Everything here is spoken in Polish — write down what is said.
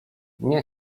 nie